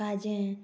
खाजें